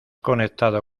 conectado